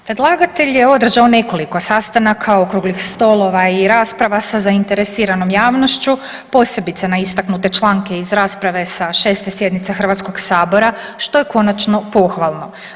Predlagatelj je održao nekoliko sastanaka, okruglih stolova i rasprava sa zainteresiranom javnošću posebice na istaknute članke iz rasprave sa 6. sjednice Hrvatskog sabora što je konačno pohvalno.